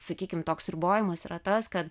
sakykim toks ribojimas yra tas kad